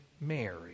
Mary